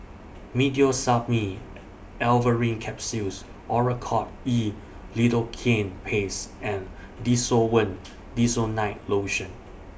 Meteospasmyl Alverine Capsules Oracort E Lidocaine Paste and Desowen Desonide Lotion